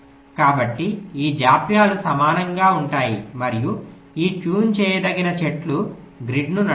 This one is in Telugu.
కాబట్టి ఆ జాప్యాలు సమానంగా ఉంటాయి మరియు ఈ ట్యూన్ చేయదగిన చెట్లు గ్రిడ్ను నడుపుతాయి